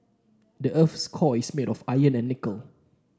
the earth's core is made of iron and nickel